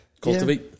Cultivate